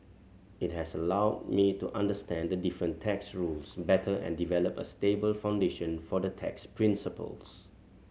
it has allowed me to understand the different tax rules better and develop a stable foundation for the tax principles